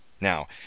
Now